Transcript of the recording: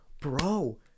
bro